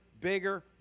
bigger